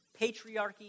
patriarchy